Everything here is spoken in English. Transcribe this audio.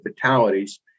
fatalities